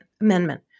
Amendment